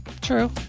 True